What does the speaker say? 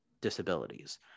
disabilities